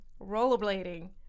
rollerblading